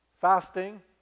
Fasting